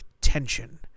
tension